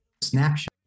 snapshot